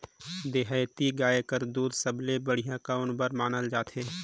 देहाती गाय कर दूध सबले बढ़िया कौन बर मानल जाथे?